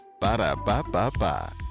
Ba-da-ba-ba-ba